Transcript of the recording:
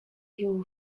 you